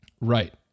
Right